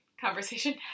conversation